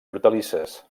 hortalisses